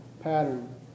pattern